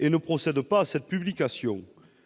et ne procèdent pas à cette publication.